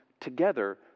Together